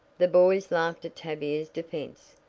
the boys laughed at tavia's defense,